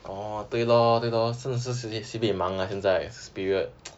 orh 对 lor 对 lor 真的是 sibeh 忙 ah 现在这 period